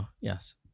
yes